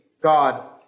God